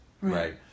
right